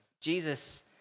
Jesus